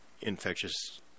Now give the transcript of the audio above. infectious